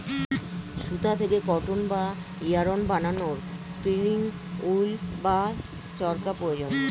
সুতা থেকে কটন বা ইয়ারন্ বানানোর স্পিনিং উঈল্ বা চরকা প্রয়োজন